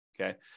Okay